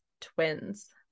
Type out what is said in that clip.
twins